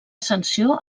sanció